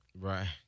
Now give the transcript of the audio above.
Right